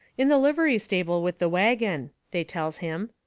in the livery stable with the wagon, they tells him.